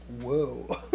whoa